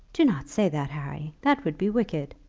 do not say that, harry that would be wicked.